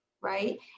Right